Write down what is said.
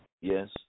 Yes